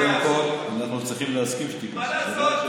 קודם כול אנחנו צריכים להסכים שתיכנסו.